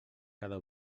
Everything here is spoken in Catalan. cada